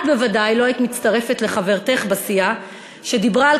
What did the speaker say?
את בוודאי לא היית מצטרפת לחברתך בסיעה שדיברה על